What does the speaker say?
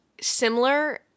similar